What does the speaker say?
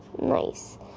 Nice